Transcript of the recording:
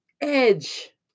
edge